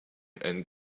and